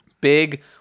Big